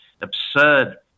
absurd